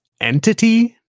entity